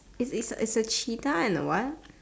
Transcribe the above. is is a cheetah and a what